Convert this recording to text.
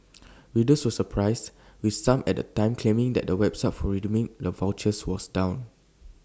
readers were surprised with some at the time claiming that the website for redeeming the vouchers was down